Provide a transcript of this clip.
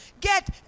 Get